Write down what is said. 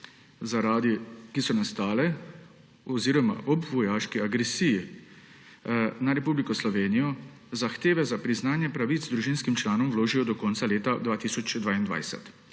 bolezni, ki so nastale ob vojaški agresiji na Republiko Slovenijo, zahteve za priznanje pravic družinskim članom vložijo do konca leta 2022.